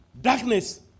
darkness